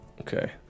Okay